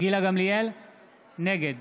נגד